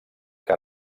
que